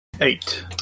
Eight